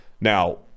Now